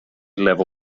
level